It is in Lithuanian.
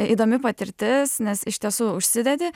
įdomi patirtis nes iš tiesų užsidedi